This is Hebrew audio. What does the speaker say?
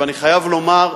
ואני חייב לומר,